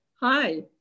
hi